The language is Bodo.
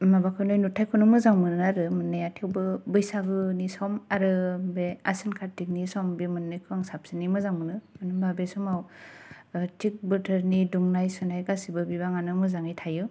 माबाखोनो नुथायखौनो मोजां मोनो आरो मोननाया थेवबो बैसागोनि सम आरो बे आसिन कार्तिकनि सम बे मोननैखौ आं साबसिनै मोजां मोनो मानो होनबा बे समाव थिक बोथोरनि दुंनाय सुनाय गासिबो बिबां आनो मोजाङैनो थायो